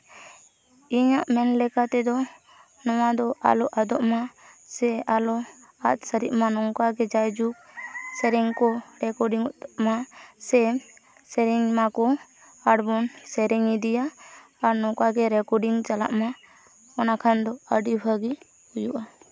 ᱤᱧᱟᱹᱜ ᱢᱮᱱ ᱞᱮᱠᱟᱛᱮᱫᱚ ᱱᱚᱣᱟ ᱫᱚ ᱟᱞᱚ ᱟᱫᱚᱜ ᱢᱟ ᱥᱮ ᱟᱞᱚ ᱟᱫ ᱥᱟᱹᱨᱤᱜᱼᱢᱟ ᱱᱚᱝᱠᱟ ᱜᱮ ᱡᱟᱭᱡᱩᱜᱽ ᱥᱮᱨᱮᱧ ᱠᱚ ᱨᱮᱠᱚᱨᱰᱤᱝᱚᱜᱼᱢᱟ ᱥᱮ ᱥᱮᱨᱮᱧ ᱢᱟᱠᱚ ᱟᱨᱵᱚᱱ ᱥᱮᱨᱮᱧ ᱤᱫᱤᱭᱟ ᱟᱨ ᱱᱚᱝᱠᱟ ᱜᱮ ᱨᱮᱠᱚᱨᱰᱤᱝ ᱪᱟᱞᱟᱜᱼᱢᱟ ᱚᱱᱟᱠᱷᱟᱱ ᱫᱚ ᱟᱹᱰᱤ ᱵᱷᱟᱜᱮ ᱦᱩᱭᱩᱜᱼᱟ